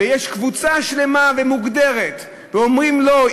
ויש קבוצה מוגדרת ואומרים: לא,